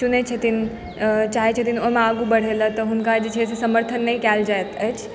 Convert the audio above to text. चाहै छथिन ओहिमे आगू बढ़ै लऽ तऽ हुनका जे छै समर्थन नहि कयल जाइत अछि